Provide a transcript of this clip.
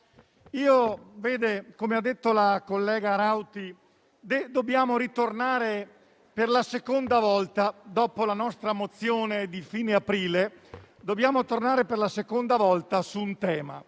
molto bene la collega Rauti, dobbiamo ritornare per la seconda volta, dopo la nostra mozione di fine aprile, sul tema